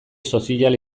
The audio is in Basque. sozial